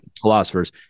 philosophers